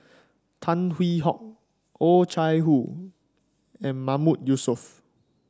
Tan Hwee Hock Oh Chai Hoo and Mahmood Yusof